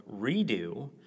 redo